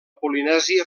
polinèsia